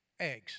eggs